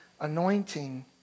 anointing